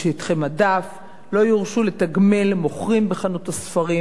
לא יורשו לתגמל מוכרים בחנות הספרים בכל דרך,